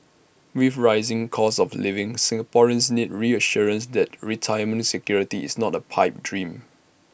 with rising costs of living Singaporeans need reassurance that retirement security is not A pipe dream